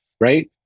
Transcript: right